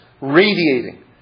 radiating